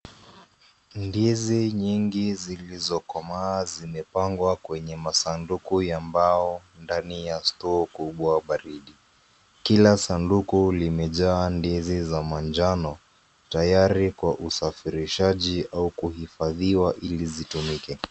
Ndizi nyingi zilizokomaa zimepangwa kwenye masanduku ya mbao ndani ya store kubwa baridi. Kila sanduku limejaa ndizi za manjano tayari kwa usafirishaji au kuhifadhiwa ili zitumike.